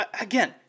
Again